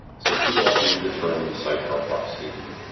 so people often use the term sidecar proxy,